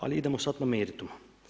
Ali, idemo sad na meritum.